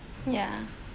ya